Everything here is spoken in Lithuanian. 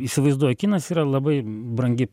įsivaizduoju kinas yra labai brangi